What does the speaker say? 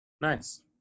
Nice